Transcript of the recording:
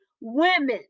women